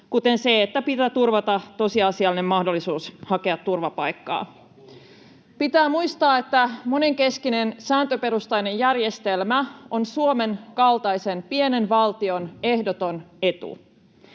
kuten se, että pitää turvata tosiasiallinen mahdollisuus hakea turvapaikkaa. [Sheikki Laakson välihuuto] Pitää muistaa, että monenkeskinen sääntöperustainen järjestelmä on Suomen kaltaisen pienen valtion ehdoton etu.